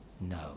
no